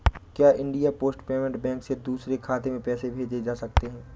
क्या India post payment bank से दूसरे खाते में पैसे भेजे जा सकते हैं?